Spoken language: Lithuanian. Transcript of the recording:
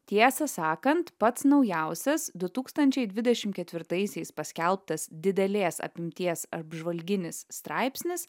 tiesą sakant pats naujausias du tūkstančiai dvidešim ketvirtaisiais paskelbtas didelės apimties apžvalginis straipsnis